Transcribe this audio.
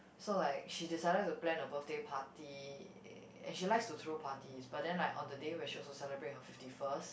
so like she decided to plan a birthday party and she likes to throw parties but then like on the day where she was celebrate her fifty first